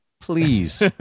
Please